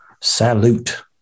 Salute